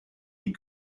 die